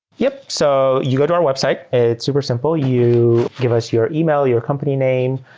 yup! so you go to our website. it's super simple. you give us your email, your company name.